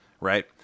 right